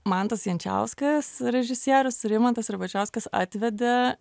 mantas jančiauskas režisierius rimantas ribačiauskas atvedė